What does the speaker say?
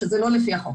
שזה לא לפי החוק,